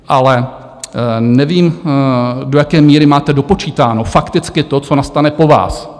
Ale nevím, do jaké míry máte dopočítáno fakticky to, co nastane po vás.